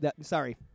sorry